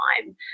time